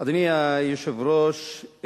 אדוני היושב-ראש,